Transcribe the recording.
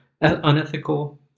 Unethical